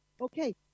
Okay